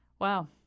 wow